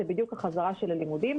זאת בדיוק החזרה של הלימודים,